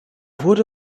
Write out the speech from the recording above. wurde